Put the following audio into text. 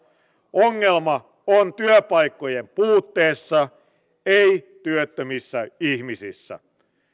ongelma on työpaikkojen puutteessa ei työttömissä ihmisissä